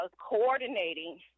coordinating